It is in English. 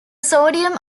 sodium